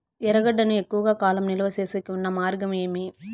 ఎర్రగడ్డ ను ఎక్కువగా కాలం నిలువ సేసేకి ఉన్న మార్గం ఏమి?